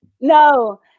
No